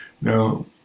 Now